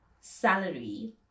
salary